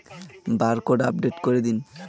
Barcode update করে দিন?